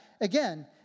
again